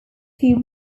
few